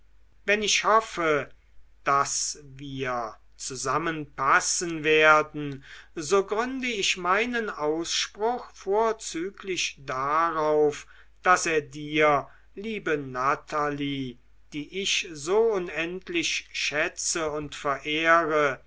wenn ich hoffe daß wir zusammenpassen werden so gründe ich meinen anspruch vorzüglich darauf daß er dir liebe natalie die ich so unendlich schätze und verehre